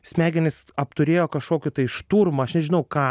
smegenys apturėjo kažkokį tai šturmą aš nežinau ką